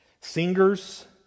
Singers